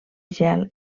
gel